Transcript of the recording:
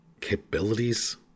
capabilities